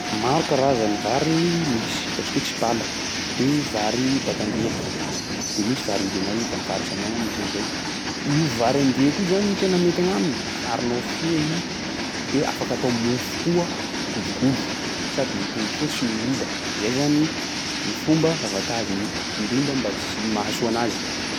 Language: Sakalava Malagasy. Maro karazany vary misy, ataontsika hoe tsipala de vary baka andriaky, de misy varin'ny Bemarivo am'faritsa aminay agny misy an'zay. Io vary andriaky io zany tena mety agnaminy aharonao fia i de afaka atao mofo koa: godrogodro, sady mitombo soa tsy mihola, zay zany ny fomba avantagen- ndrindra mba ts- mahasoa anazy.